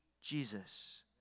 Jesus